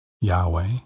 Yahweh